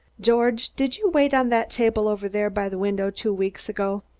george, did you wait on that table over there by the window two weeks ago?